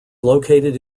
located